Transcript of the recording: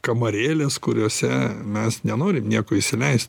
kamarėles kuriose mes nenorim nieko įsileist